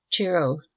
Chiro